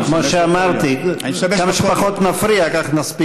מה שאמרתי, כמה שפחות נפריע, ככה נספיק יותר.